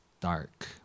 dark